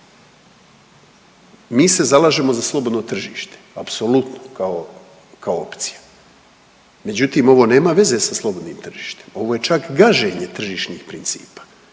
Mi se zalažemo za slobodno tržište apsolutno kao, kao opcija. Međutim, ovo nema veze sa slobodnim tržištem. Ovo je čak gaženje tržišnih principa